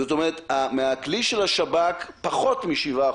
זאת אומרת שמהכלי של השב"כ פחות מ-7%,